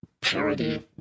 parody